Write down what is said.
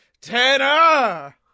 Tanner